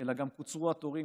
אלא גם קוצרו התורים,